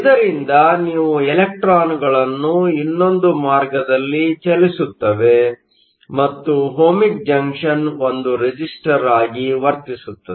ಇದರಿಂದ ನೀವು ಇಲೆಕ್ಟ್ರಾನ್ಗಳನ್ನು ಇನ್ನೊಂದು ಮಾರ್ಗದಲ್ಲಿ ಚಲಿಸುತ್ತವೆ ಮತ್ತು ಓಹ್ಮಿಕ್ ಜಂಕ್ಷನ್ ಒಂದು ರೆಸಿಸ್ಟರ್ ಆಗಿ ವರ್ತಿಸುತ್ತದೆ